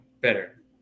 better